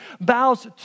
bows